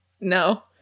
No